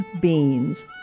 beans